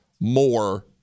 more